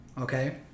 okay